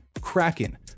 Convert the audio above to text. Kraken